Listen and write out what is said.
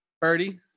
Birdie